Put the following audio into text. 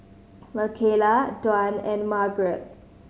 Mikaela Dwan and Margret